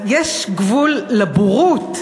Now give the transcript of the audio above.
יש גבול לבורות.